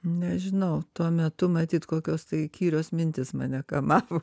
nežinau tuo metu matyt kokios tai įkyrios mintys mane kamavo